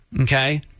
okay